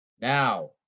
Now